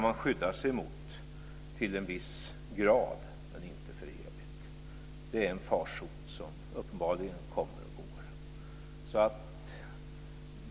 Man kan till en viss grad skydda sig mot den, men inte för evigt. Det är uppenbarligen en farsot som kommer och går.